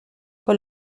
con